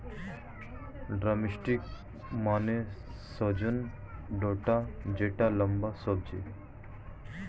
drumstick মানে সজনে ডাটা যেটা লম্বা সবজি